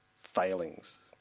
failings